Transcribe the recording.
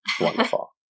Wonderful